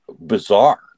bizarre